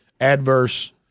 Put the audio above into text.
adverse